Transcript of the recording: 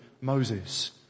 Moses